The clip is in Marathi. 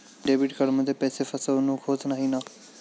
डेबिट कार्डमध्ये पैसे फसवणूक होत नाही ना?